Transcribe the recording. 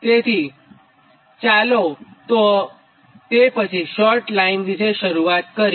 તેથી ચાલો આ પછી તે શોર્ટ લાઇન વિષે શરૂઆત કરીએ